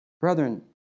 Brethren